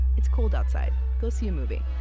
it's cold outside, go see a movie